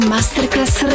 Masterclass